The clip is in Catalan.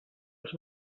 els